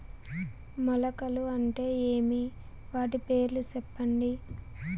మొలకలు అంటే ఏమి? వాటి పేర్లు సెప్పండి?